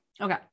Okay